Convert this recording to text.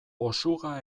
osuga